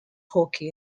hockey